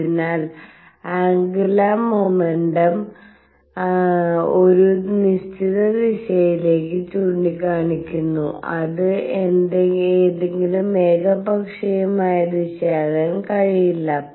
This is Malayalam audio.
അതിനാൽ ആന്ഗുലർ മോമെന്റും ആന്ഗുലർ momentum ഒരു നിശ്ചിത ദിശയിലേക്ക് ചൂണ്ടിക്കാണിക്കുന്നു അത് ഏതെങ്കിലും ഏകപക്ഷീയമായ ദിശയാകാൻ കഴിയില്ല